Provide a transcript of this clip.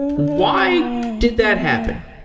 why did that happen?